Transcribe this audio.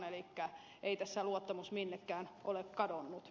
elikkä ei tässä luottamus minnekään ole kadonnut